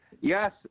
Yes